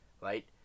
Right